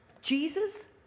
Jesus